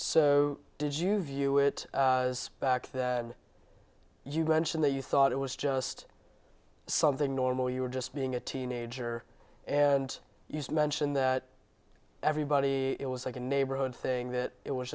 so did you view it as back you've mentioned that you thought it was just something normal you were just being a teenager and you just mentioned everybody it was like a neighborhood thing that it was